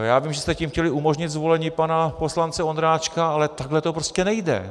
Já vím, že jste tím chtěli umožnit zvolení pana poslance Ondráčka, ale takhle to prostě nejde.